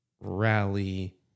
rally